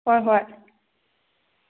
ꯍꯣꯏ ꯍꯣꯏ